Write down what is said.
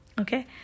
Okay